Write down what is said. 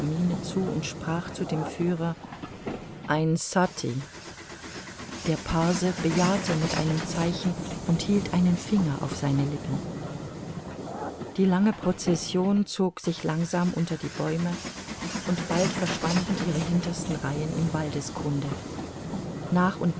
zu und sprach zu dem führer ein sutty der parse bejahte mit einem zeichen und hielt einen finger auf seine lippen die lange procession zog sich langsam unter die bäume und bald verschwanden ihre hintersten reihen im waldesgrunde nach